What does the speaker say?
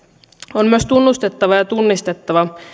on myös tunnustettava ja tunnistettava